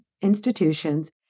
institutions